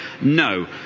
no